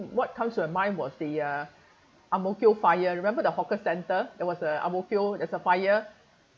what comes to my mind was the uh ang mo kio fire remember the hawker centre it was uh ang mo kio there's a fire